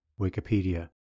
Wikipedia